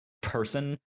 person